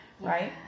right